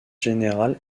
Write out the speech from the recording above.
général